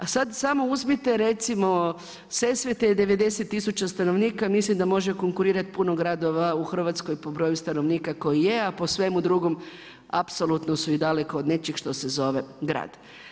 A sada samo uzmite, Sesvete je 90 tisuća stanovnika, mislim da može konkurirati puno gradova u Hrvatskoj po broju stanovnika koji je a po svemu drugom apsolutno su i daleko od nečeg što se zove grad.